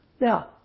Now